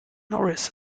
norris